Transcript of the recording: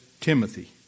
Timothy